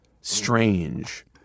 strange